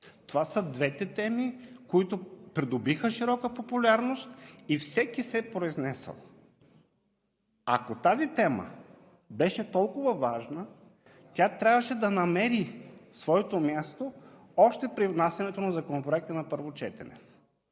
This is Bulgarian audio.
Това са двете теми, които придобиха широка популярност и всеки се е произнесъл. Ако тази тема беше толкова важна, тя трябваше да намери своето място още при внасянето на Законопроекта на първо четене.